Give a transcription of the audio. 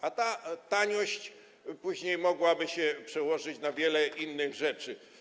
A ta taniość później mogłaby się przełożyć na wiele innych rzeczy.